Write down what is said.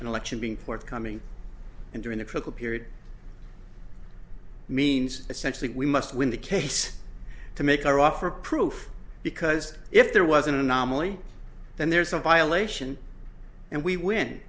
an election being forthcoming and during the trickle period means essentially we must win the case to make our offer proof because if there was an anomaly then there is a violation and we w